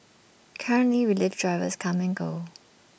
currently relief drivers come and go